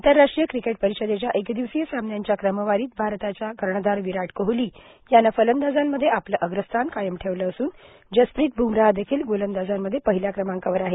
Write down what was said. आंतरराष्ट्रीय क्रिकेट परिषदेच्या एकदिवसीय सामन्यांच्या क्रमवारीत भारताच्या कर्णधार विराट कोहली यानं फलंदाजांमध्ये आपलं अग्रस्थान कायम ठेवलं असून जस्प्रीत बुमराह देखील गोलंदांमध्ये पहिल्या क्रमांकावर आहे